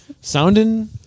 Sounding